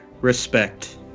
respect